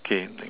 okay like